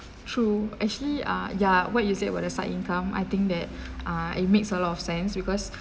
true actually ah ya what you said about the side income I think that uh it makes a lot of sense because